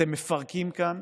אתם מפרקים כאן